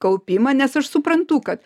kaupimą nes aš suprantu kad